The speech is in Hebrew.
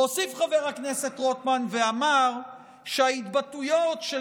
והוסיף חבר הכנסת רוטמן ואמר סעיף שההתבטאויות של